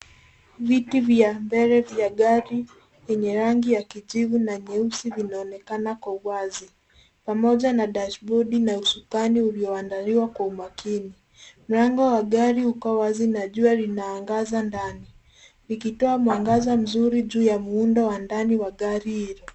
Viti vya mbele vya gari, yenye rangi ya kijivu na nyeusi, linaonekana kwa wazi. Pamoja na dashibodi na usukani ulioandaliwa kwa umakini. Mlango wa gari uko wazi na jua linaangaza ndani. Likitoa mwangaza mzuri juu ya muundo wa ndani wa gari hilo.